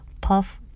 puff